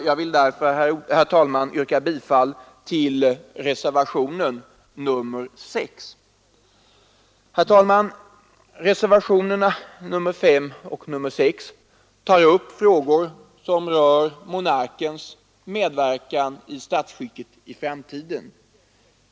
Jag vill därför, herr talman, yrka bifall till reservationen 6. Herr talman! Reservationerna 5 och 6 tar upp frågor som rör monarkens medverkan i statsskicket i framtiden.